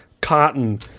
Cotton